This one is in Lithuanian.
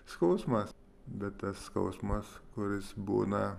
skausmas bet tas skausmas kuris būna